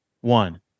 one